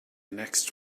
next